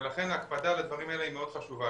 לכן ההקפדה על הדברים האלה היא מאוד חשובה.